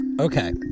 Okay